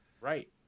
Right